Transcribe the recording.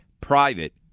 private